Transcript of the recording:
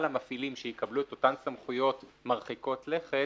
המפעילים שיקבלו את אותן סמכויות מרחיקות לכת,